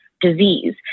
disease